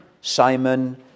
Simon